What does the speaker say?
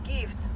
gift